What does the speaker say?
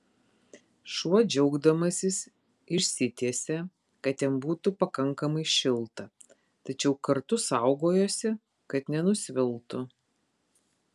šuo džiaugdamasis išsitiesė kad jam būtų pakankamai šilta tačiau kartu saugojosi kad nenusviltų